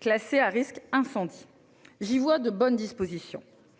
classés à risque d'incendie. J'y vois de bonnes dispositions.